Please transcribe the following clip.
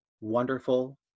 wonderful